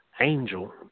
angel